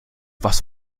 was